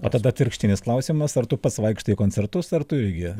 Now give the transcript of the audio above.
o tada atvirkštinis klausiamas ar tu pats vaikštai į koncertus ar tu irgi